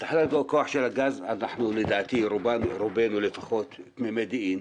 בתחנות כוח של הגז, לדעתי רובנו תמימי דעים,